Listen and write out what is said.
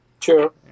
Sure